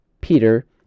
Peter